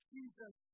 Jesus